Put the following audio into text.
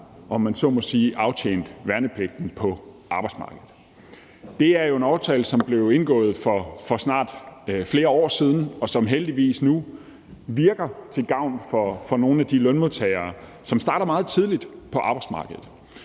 om man så må sige, aftjent værnepligten på arbejdsmarkedet. Det er jo en ordning, som blev indgået for snart flere år siden, og som heldigvis nu virker til gavn for nogle af de lønmodtagere, som starter meget tidligt på arbejdsmarkedet.